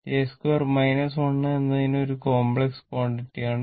j2 1 എന്നത് ഒരു complex quantity ആണ്